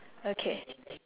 okay